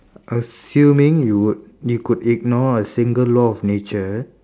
assuming you would you could ignore a single law of nature